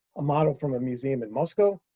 a model from a museum in moscow.